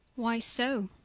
why so?